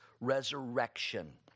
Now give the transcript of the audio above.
resurrection